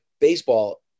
baseball